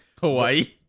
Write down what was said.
Hawaii